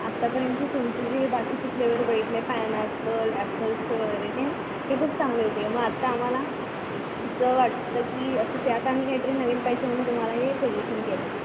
आत्तापर्यंत तुमचे जे बाकीचे फ्लेवर बघितले पायनॅपल ॲपल्सचे वगैरे ते ते खूप चांगले होते मग आत्ता आम्हाला असं वाटतं की असं त्यात आणि काहीतरी नवीन पाहिजे म्हणून तुम्हाला हे सजेशन केलं